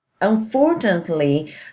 unfortunately